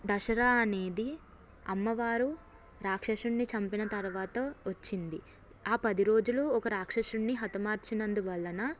దసరా అనేది అమ్మవారు రాక్షసుడిని చంపిన తరువాత వచ్చింది ఆ పది రోజులు ఒక రాక్షసుడిని హతమార్చినందు వల్లన